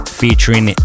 featuring